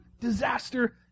disaster